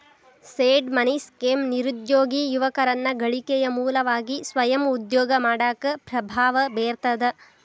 seed money scheme ನಿರುದ್ಯೋಗಿ ಯುವಕರನ್ನ ಗಳಿಕೆಯ ಮೂಲವಾಗಿ ಸ್ವಯಂ ಉದ್ಯೋಗ ಮಾಡಾಕ ಪ್ರಭಾವ ಬೇರ್ತದ